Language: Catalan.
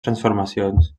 transformacions